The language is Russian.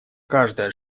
каждая